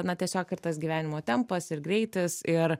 na tiesiog ir tas gyvenimo tempas ir greitis ir